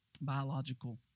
biological